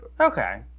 Okay